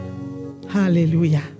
Hallelujah